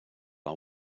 are